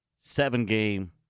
seven-game